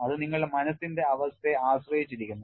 അത് നിങ്ങളുടെ മനസ്സിന്റെ അവസ്ഥയെ ആശ്രയിച്ചിരിക്കുന്നു